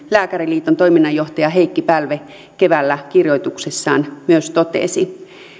lääkäriliiton toiminnanjohtaja heikki pälve keväällä kirjoituksessaan myös totesi